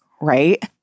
right